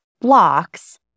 blocks